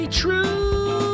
true